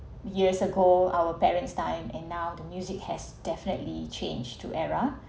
years ago our parents' time and now the music has definitely changed to era